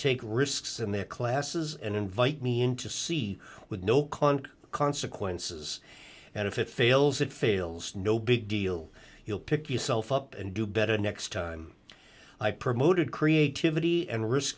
take risks in their classes and invite me into see with no cond consequences and if it fails it fails no big deal you'll pick yourself up and do better next time i promoted creativity and risk